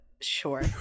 Sure